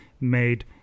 made